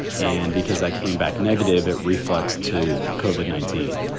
and because i came back negative at reflex to cauvin, nineteen.